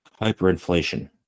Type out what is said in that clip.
hyperinflation